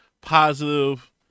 positive